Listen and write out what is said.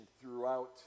throughout